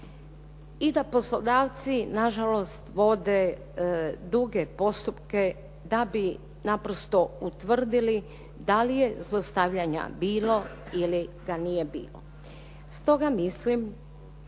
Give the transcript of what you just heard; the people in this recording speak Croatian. I da poslodavci nažalost vode duge postupke da bi naprosto utvrdili da li je zlostavljanja bilo ili ga nije bilo.